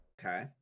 Okay